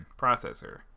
processor